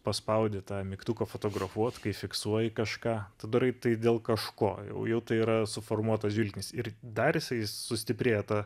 paspaudi tą mygtuką fotografuot kai fiksuoja kažką tu darai tai dėl kažko jau jau tai yra suformuotas žvilgsnis ir dar jisai sustiprėja ta